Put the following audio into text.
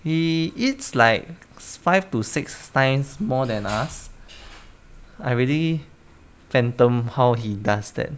he eats like five to six times more than us I really phantom how he does that